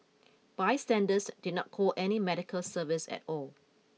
bystanders did not call any medical service at all